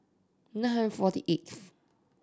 nine hundred forty eighth